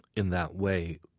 in that way,